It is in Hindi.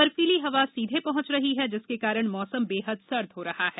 बर्फीली हवा सीधे पहुंच रही है जिसके कारण मौसम बेहद सर्द हो रहा है